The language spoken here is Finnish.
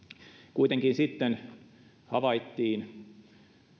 kuitenkin sitten havaittiin